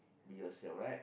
be yourself right